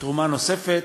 תרומה נוספת.